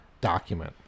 document